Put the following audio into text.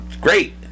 Great